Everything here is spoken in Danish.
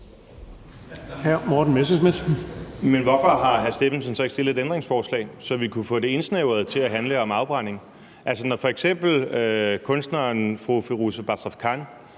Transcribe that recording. Morten Messerschmidt (DF): Men hvorfor har hr. Jon Stephensen så ikke stillet et ændringsforslag, så vi kunne få det indsnævret til at handle om afbrænding? Altså, når f.eks. kunstneren fru Firoozeh Bazrafkan